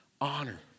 honor